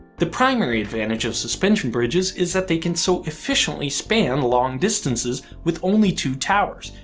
the primary advantage of suspension bridges is that they can so efficiently span long distances with only two towers,